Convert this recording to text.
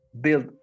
build